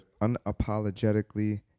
unapologetically